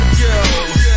go